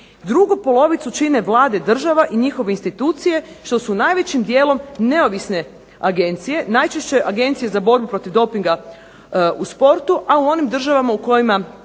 Drugu polovicu čine vlade država i njihove institucije što su najvećim dijelom neovisne agencije, najčešće agencije za borbu protiv dopinga u sportu, a u onim državama u kojima